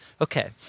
Okay